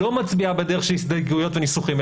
שהוועדה לא מצביעה בדרך של הסתייגויות ושל ניסוחים,